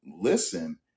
listen